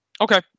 okay